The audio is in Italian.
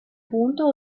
punto